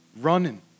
running